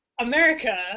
america